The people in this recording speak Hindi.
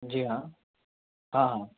जी हाँ हाँ